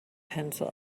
pencil